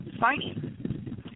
signing